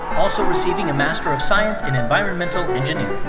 also receiving a master of science in environmental engineering.